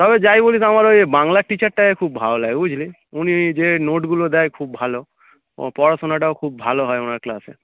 তবে যাই বলিস আমার ওই বাংলার টিচারটাকে খুব ভালো লাগে বুঝলি উনি যে নোটগুলো দেয় খুব ভালো ও পড়াশুনাটাও খুব ভালো হয় ওনার ক্লাসে